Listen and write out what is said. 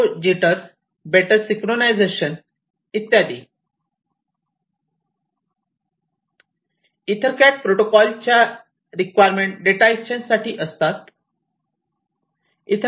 low jitter better synchronisation इत्यादी EtherCAT प्रोटोकॉलच्या requirement data exchange साठी असतात